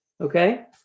okay